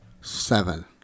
seven